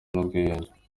n’ubwiyunge